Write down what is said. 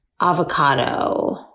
avocado